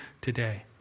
today